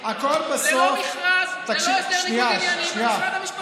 ללא מכרז, ללא הסדר ניגוד עניינים במשרד המשפטים.